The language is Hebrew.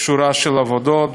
שורה של עבודות,